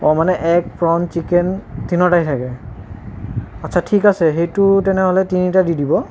অ' মানে egg prawn chicken তিনিওটাই থাকে আচ্ছা ঠিক আছে সেইটো তেনেহ'লে তিনিটা দি দিব